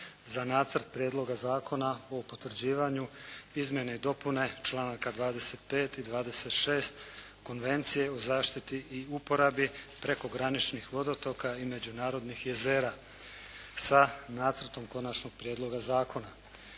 za nacrt Prijedloga zakona o potvrđivanje izmjene i dopune članak 25. i 26. Konvencije o zaštiti i uporabi prekograničnih vodotoka i međunarodnih jezera sa nacrtom konačnog prijedloga zakona.